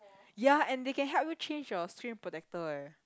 ya and they can help you change your screen protector eh